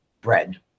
bread